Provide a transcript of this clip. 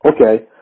Okay